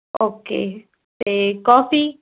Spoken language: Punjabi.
ਓਕੇ ਅਤੇ ਕੌਫੀ